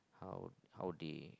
how how they